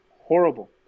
Horrible